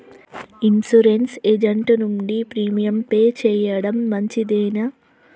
Insurance agent నుండి premium pay చేయడం మంచిదేనా?